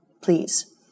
please